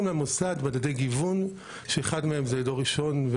למוסד מדדי גיוון שאחד מהם זה דור ראשון,